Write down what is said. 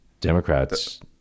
Democrats